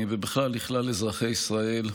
ובכלל, את כלל אזרחי ישראל.